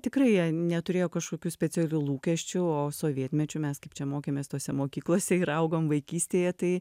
tikrai jie neturėjo kažkokių specialių lūkesčių o sovietmečiu mes kaip čia mokėmės tose mokyklose ir augom vaikystėje tai